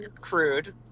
crude